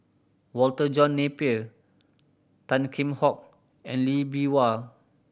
Walter John Napier Tan Kheam Hock and Lee Bee Wah